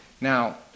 Now